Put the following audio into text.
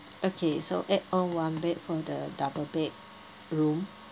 okay so add on one bed from the double bed room